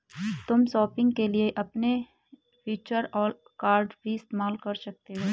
तुम शॉपिंग के लिए अपने वर्चुअल कॉर्ड भी इस्तेमाल कर सकते हो